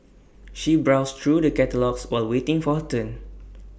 she browsed through the catalogues while waiting for her turn